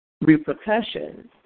repercussions